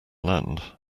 land